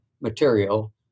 material